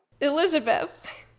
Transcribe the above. Elizabeth